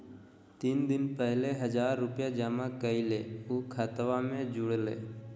तीन दिन पहले हजार रूपा जमा कैलिये, ऊ खतबा में जुरले?